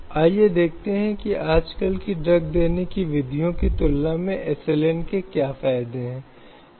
एक अन्य लेख के बगल में आ रहा है जो कि अनुच्छेद 23 है जो शोषण के खिलाफ अधिकार की बात करता है